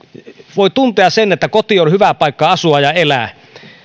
voi tuntea sen että koti on hyvä paikka asua ja elää